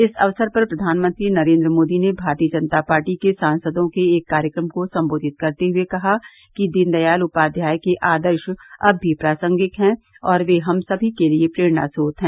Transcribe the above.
इस अवसर पर प्रधानमंत्री नरेन्द्र मोदी ने भारतीय जनता पार्टी के सांसदों के एक कार्यक्रम को सम्बोधित करते हुये कहा कि दीनदयाल उपाध्याय के आदर्श अब भी प्रासंगिक हैं और वे हम सभी के लिए प्रेरणाम्रोत हैं